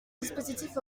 dispositif